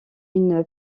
une